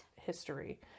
history